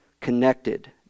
connected